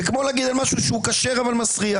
זה כמו לומר על משהו שהוא כשר אבל מסריח.